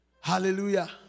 Hallelujah